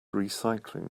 recycling